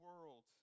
world